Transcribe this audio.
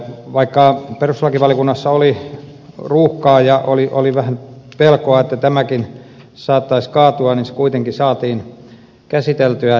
vaikka perustuslakivaliokunnassa oli ruuhkaa ja oli vähän pelkoa että tämäkin saattaisi kaatua niin se kuitenkin saatiin käsiteltyä